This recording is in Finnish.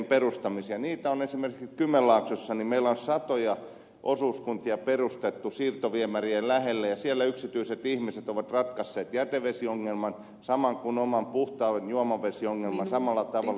niitä on esimerkiksi meillä kymenlaaksossa satoja osuuskuntia perustettu siirtoviemärien lähelle ja siellä yksityiset ihmiset ovat ratkaisseet jätevesiongelman samoin kuin oman puhtaan juomavesiongelman samalla tavalla